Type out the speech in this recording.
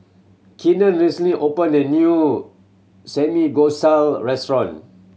Keenan recently opened a new Samgyeopsal restaurant